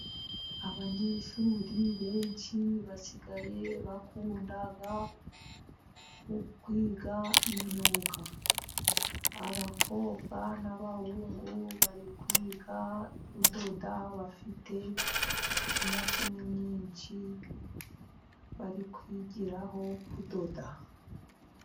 Abanyeshuri benshi basigaye bakunda kwiga imyuga. Abakobwa n'abahungu bari kwiga kudoda bafite imashini nyinshi, bari kwigiraho kudoda.